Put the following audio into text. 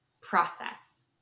process